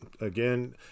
again